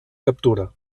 captura